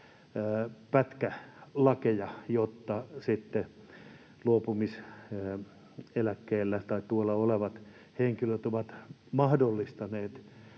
pätkälakeja, jotta sitten luopumiseläkkeellä olevat henkilöt ovat mahdollistaneet